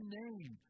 name